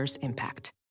impact